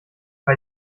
bei